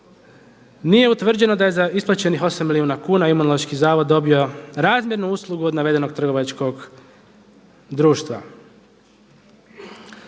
Nije utvrđeno da je za isplaćenih 8 milijuna kuna Imunološki zavod dobio razmjernu uslugu od navedenog trgovačkog društva.